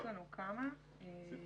מי